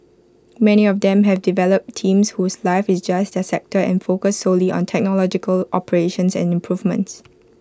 many of them have developed teams whose life is just their sector and focus solely on technological operations and improvements